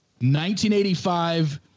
1985